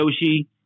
Yoshi